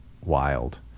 wild